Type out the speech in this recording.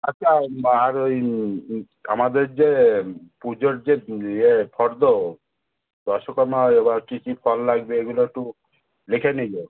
আচ্ছাআর ওই আমাদের যে পুজোর যে ইয়ে ফর্দ দশকর্মা এবার কী কী ফল লাগবে এগুলো একটু লিখে নিও